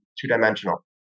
two-dimensional